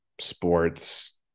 sports